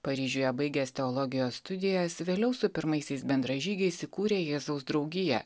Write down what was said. paryžiuje baigęs teologijos studijas vėliau su pirmaisiais bendražygiais įkūrė jėzaus draugiją